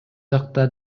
жакта